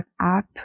app